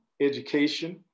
education